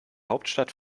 hauptstadt